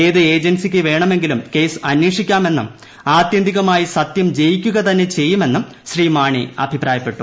ഏത് ഏജൻസിക്ക് വേണമെങ്കിലും കേസ് അന്വേഷിക്കാമെന്നും ആതൃന്തികമായി സത്യം ജയിക്കുകതന്നെ ചെയ്യുമെന്നും ശ്രീ മാണി അഭിപ്രായപ്പെട്ടു